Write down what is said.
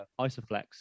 Isoflex